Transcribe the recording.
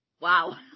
wow